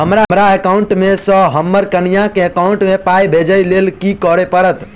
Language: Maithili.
हमरा एकाउंट मे सऽ हम्मर कनिया केँ एकाउंट मै पाई भेजइ लेल की करऽ पड़त?